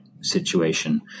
situation